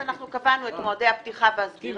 אנחנו קבענו את מועדי הפתיחה והסגירה,